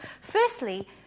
Firstly